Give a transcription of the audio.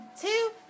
two